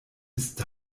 ist